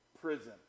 prison